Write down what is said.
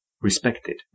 respected